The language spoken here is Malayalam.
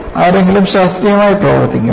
ആരെങ്കിലും ശാസ്ത്രീയമായി പ്രവർത്തിക്കുമ്പോൾ